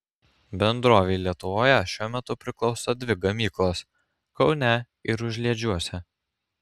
bendrovei lietuvoje šiuo metu priklauso dvi gamyklos kaune ir užliedžiuose